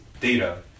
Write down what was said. data